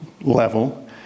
level